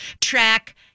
track